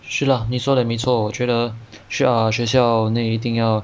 是 lah 你说的没错我觉得学学校内一定要